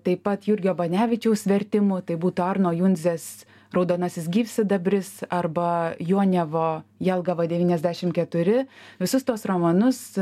taip pat jurgio banevičiaus vertimų tai būtų arno junzės raudonasis gyvsidabris arba juonevo jelgava devyniasdešim keturi visus tuos romanus